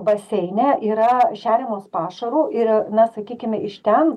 baseine yra šeriamos pašaru ir na sakykime iš ten